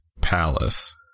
palace